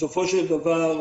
בסופו של דבר,